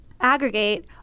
Aggregate